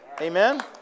Amen